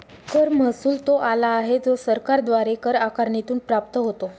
कर महसुल तो आला आहे जो सरकारद्वारे कर आकारणीतून प्राप्त होतो